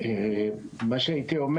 מה שהיית אומר